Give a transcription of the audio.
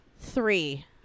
three